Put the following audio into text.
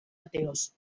ateos